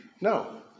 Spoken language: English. No